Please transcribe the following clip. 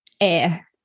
air